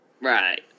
right